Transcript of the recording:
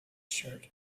shirt